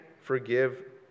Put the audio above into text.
forgive